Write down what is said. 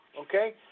Okay